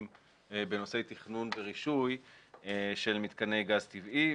בנושאי תכנון ורישוי של מתקני גז טבעי,